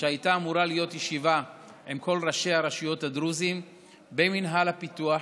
שהייתה אמורה להיות ישיבה עם כל ראשי הרשויות הדרוזים במינהל הפיתוח,